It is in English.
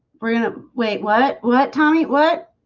we're gonna wait what what tommy what